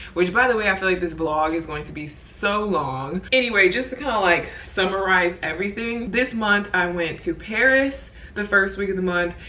which by the way, i feel like this vlog is going to be so long. anyway, just to kind of like summarize everything. this month i went to paris the first week of the month.